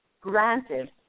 granted